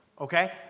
okay